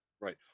Right